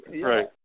Right